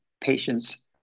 patients